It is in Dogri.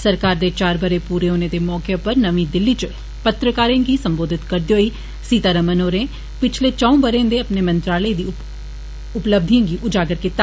सरकार दे चार बरे पूर्र होने दे मौके उप्पर नमीं दिलली च पत्रकारें गी सम्बोधित करदे होई सीतारमण होरें पिच्छले चंऊ बरे दी अपने मंत्रालय दी उपलब्धिए गी उजागर कीता